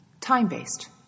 Time-based